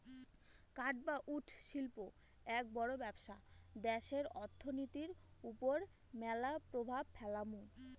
কাঠ বা উড শিল্প এক বড় ব্যবসা দ্যাশের অর্থনীতির ওপর ম্যালা প্রভাব ফেলামু